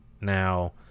Now